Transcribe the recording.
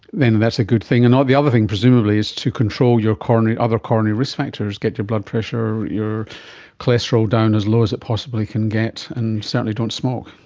then that's a good thing. and the other thing presumably is to control your other coronary risk factors, get your blood pressure, your cholesterol down as low as it possibly can get, and certainly don't smoke.